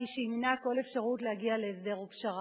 שימנע כל אפשרות להגיע להסדר ופשרה.